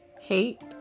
hate